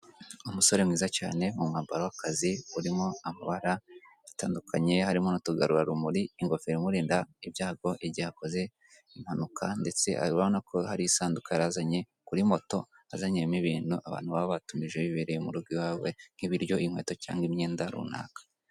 Umusore mwiza cyane mu umwambaro w'akazi urimo amabara atandukanye harimo n'utugarurarumuri, ingofero imurinda ibyago igihe akoze impanuka ndetse urabona ko hari isanduka yazanye kuri moto azaniyemo ibintu abantu baba batumije bibereye mu rugo iwawe nk'ibiryo, inkweto cyangwa imyenda runaka.